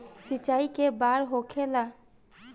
सिंचाई के बार होखेला?